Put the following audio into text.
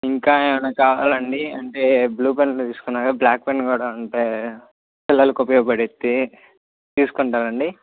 ఇంకా ఏమైన కావాలండి అంటే బ్లూ పెన్లు తీసుకున్నారు బ్లాక్ పెన్ కూడా ఉంటే పిల్లలకి ఉపయోగపడిద్ది తీసుకుంటారా అండి